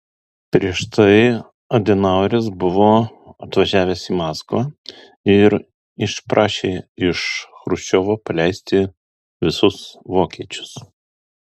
prieš tai adenaueris buvo atvažiavęs į maskvą ir išprašė iš chruščiovo paleisti visus vokiečius